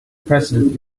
president